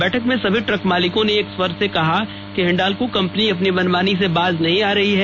बैठक में सभी ट्रक मालिकों ने एक स्वर से कहा हिंडाल्को कंपनी अपनी मनमानी से बाज नहीं आ रही है